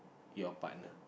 your partner